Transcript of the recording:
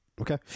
Okay